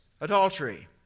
adultery